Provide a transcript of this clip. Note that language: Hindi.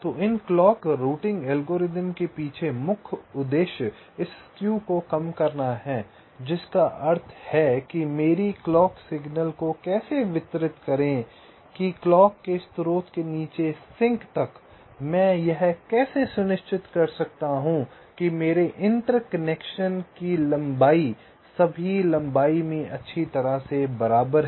तो इन क्लॉक राउटिंग एल्गोरिदम के पीछे मुख्य उद्देश्य इस स्क्यू को कम करना है जिसका अर्थ है कि मेरी क्लॉक सिग्नल को कैसे वितरित करें जैसे कि क्लॉक के स्रोत से नीचे सिंक तक मैं यह कैसे सुनिश्चित कर सकता हूं कि मेरे अंतर कनेक्शन की लंबाई सभी लंबाई में अच्छी तरह से बराबर है